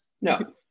No